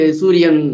surian